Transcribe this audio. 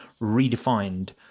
redefined